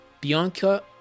Bianca